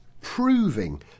proving